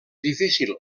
difícil